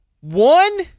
One